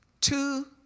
two